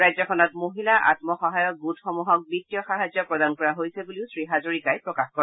ৰাজ্যখনত মহিলা আম্মসহায়ক গোটসমূহক বিভীয় সাহায্য প্ৰদান কৰা হৈছে বুলিও শ্ৰীহাজৰিকাই প্ৰকাশ কৰে